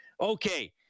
Okay